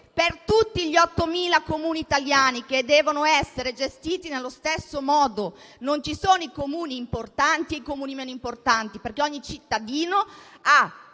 per tutti gli 8.000 Comuni italiani, che devono essere gestiti nello stesso modo. Non ci sono i Comuni importanti e i Comuni meno importanti, perché ogni cittadino,